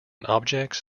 objects